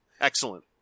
Excellent